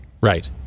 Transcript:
Right